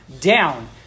down